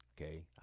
Okay